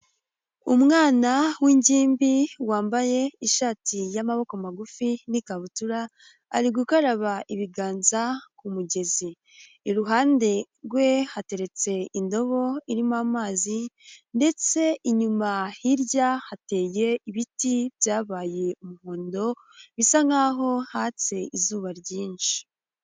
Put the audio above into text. Umwana w'ingimbi wambaye ishati y'amaboko magufi n'ikabutura, ari gukaraba ibiganza ku mugezi, iruhande rwe hateretse indobo irimo amazi ndetse inyuma hirya hateye ibiti byabaye umuhondo bisa nkaho hatse izuba ryinshi.